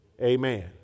Amen